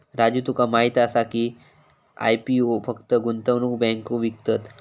राजू तुका माहीत आसा की, आय.पी.ओ फक्त गुंतवणूक बँको विकतत?